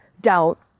doubt